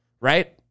right